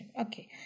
Okay